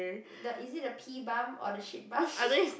the is it the pee bump or the shit bump